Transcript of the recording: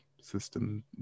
system